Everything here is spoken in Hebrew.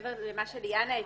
מעבר למה שליאנה הציגה,